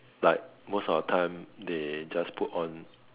like most of the time they just put on